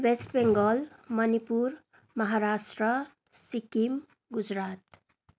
West Bengal Manipur Maharashtra Sikkim Gujarat